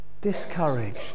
discouraged